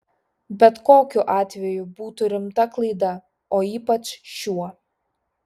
bet kokiu atveju būtų rimta klaida o ypač šiuo